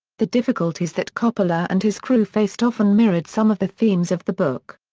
the difficulties that coppola and his crew faced often mirrored some of the themes of the book.